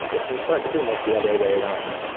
it was started pretty much the other way around,